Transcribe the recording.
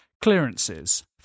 Clearances